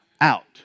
out